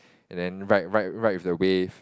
and then ride ride ride with the wave